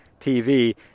TV